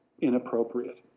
inappropriate